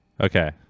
Okay